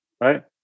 right